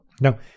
Now